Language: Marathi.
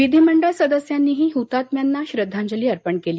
विधीमंडळ सदस्यांनीही हुतात्म्यांना श्रद्धांजली अर्पण केली